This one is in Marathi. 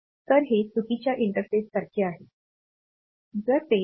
तर हे चुकीच्या इंटरफेससारखेच आहे